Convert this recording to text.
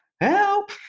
Help